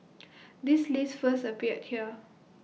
this list first appeared here